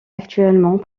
actuellement